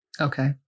okay